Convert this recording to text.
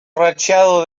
racheado